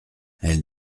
elle